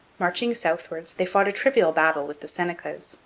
marching southwards they fought a trivial battle with the senecas,